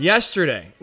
Yesterday